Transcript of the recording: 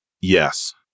yes